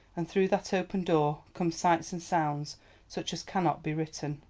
and through that opened door come sights and sounds such as cannot be written.